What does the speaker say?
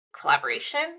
collaboration